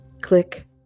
click